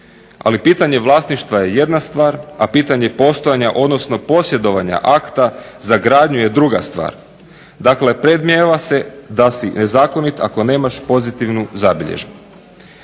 Ali pitanje vlasništva je jedna stvar, a pitanje postojanja, odnosno posjedovanja akta za gradnju je druga stvar. Dakle predmnijeva se da si nezakonit ako nemaš pozitivnu zabilježbu.